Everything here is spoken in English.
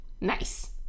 Nice